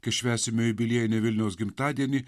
kai švęsime jubiliejinį vilniaus gimtadienį